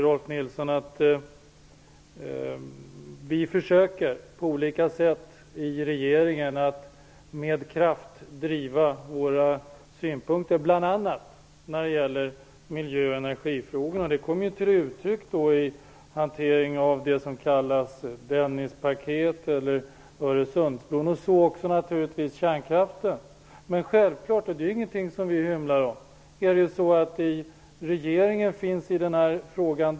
Rolf Nilson vet att vi på olika sätt försöker att i regeringen driva våra synpunkter med kraft, bl.a. i miljö och energifrågorna. Det kom ju till uttryck i hanteringen av det som kallas Dennispaketet, Öresundsbron och naturligtvis också kärnkraften. Vi hymlar inte med att det finns delade meningar i regeringen i den här frågan.